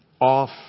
off